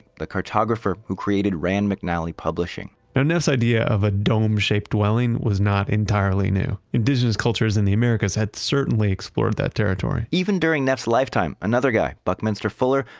the cartographer who created rand mcnally publishing now, neff's idea of a dome-shaped dwelling was not entirely new. indigenous cultures in the americas had certainly explored that territory even during neff's lifetime, another guy, buckminster fuller,